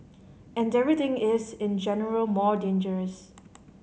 and everything is in general more dangerous